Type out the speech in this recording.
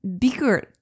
bigger